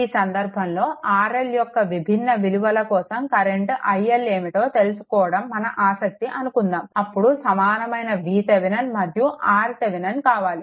ఈ సందర్భంలో RL యొక్క విభిన్న విలువల కోసం కరెంట్ iL ఏమిటో తెలుసుకోవడం మన ఆసక్తి అనుకుందాం అప్పుడు సమానమైన VThevenin మరియు RThevenin కావాలి